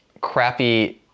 crappy